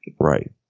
Right